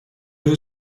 vous